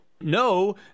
no